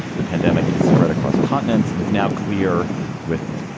the pandemic is spread across continents and is now clear with,